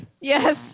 Yes